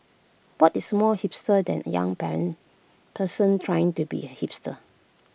what is more hipster than A young parent person trying to be A hipster